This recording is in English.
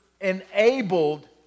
enabled